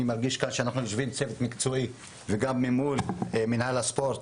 אני מרגיש שיושב כאן צוות מקצועי וגם ממול מינהל הספורט.